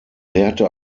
lehrte